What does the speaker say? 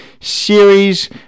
series